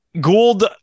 Gould